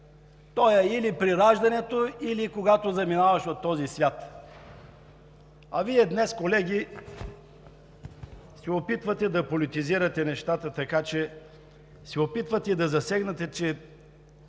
то е или при раждането, или когато заминаваш от този свят. Вие днес, колеги, се опитвате да политизирате нещата, така че се опитвате да засегнете, че